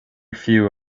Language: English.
few